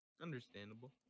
understandable